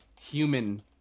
human